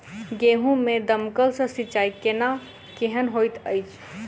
गेंहूँ मे दमकल सँ सिंचाई केनाइ केहन होइत अछि?